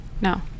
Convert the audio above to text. no